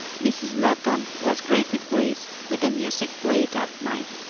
mrs. loton was greatly pleased with the music played that night,